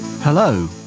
Hello